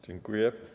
Dziękuję.